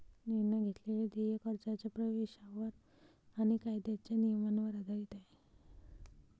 निर्णय घेतलेले देय कर्जाच्या प्रवेशावर आणि कायद्याच्या नियमांवर आधारित आहे